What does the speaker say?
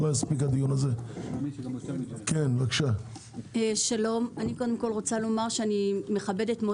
אני קודם כל רוצה לומר שאני מכבדת מאוד